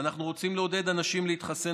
ואנחנו רוצים לעודד אנשים להתחסן